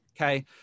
Okay